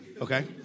okay